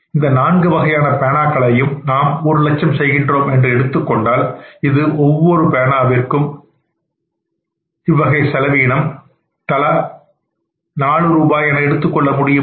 இந்த நான்கு வகையான பேனாக்களையும் நாம் ஒரு லட்சம் செய்கின்றோம் என்று எடுத்துக்கொண்டால் இது ஒரு பேனா விற்கும் அகதிக்கு இவ்வகை செலவீனம் தலா 4 ரூபாய் என எடுத்துக்கொள்ள முடியுமா